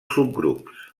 subgrups